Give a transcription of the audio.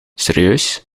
serieus